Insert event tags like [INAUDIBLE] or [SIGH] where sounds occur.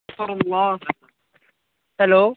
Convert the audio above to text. [UNINTELLIGIBLE] hello